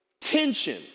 tension